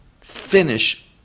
Finish